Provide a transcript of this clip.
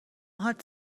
هات